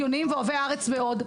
הגיוניים ואוהבי הארץ מאוד,